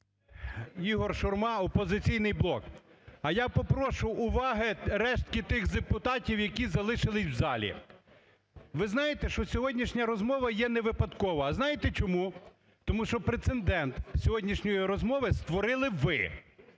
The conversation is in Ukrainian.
Ігор Шурма, "Опозиційний блок". А я попрошу уваги рештки тих депутатів, які залишились в залі. Ви знаєте, що сьогоднішня розмова є невипадкова. А знаєте, чому? Тому що прецедент сьогоднішньої розмови створили ви.